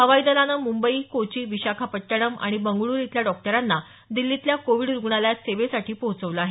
हवाई दलानं मुंबई कोचि विशाखापट्टणम आणि बंगळूरु इथल्या डॉक्टरांना दिल्लीतल्या कोविड रुग्णालयात सेवेसाठी पोहोचवलं आहे